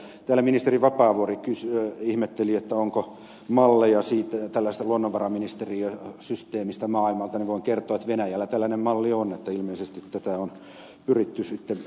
kun täällä ministeri vapaavuori ihmetteli onko malleja tällaisesta luonnonvaraministeriösysteemistä maailmalta niin voin kertoa että venäjällä tällainen malli on niin että ilmeisesti tätä on pyritty sitten matkimaan